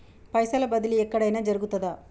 పైసల బదిలీ ఎక్కడయిన జరుగుతదా?